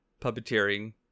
puppeteering